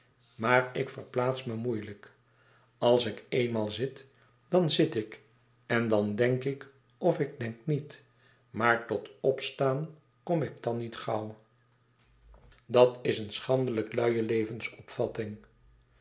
maar ik verplaats me moeilijk als ik eenmaal zit dan zit ik en dan denk ik of ik denk niet maar tot opstaan kom ik dan niet gauw dat is een schandelijk luie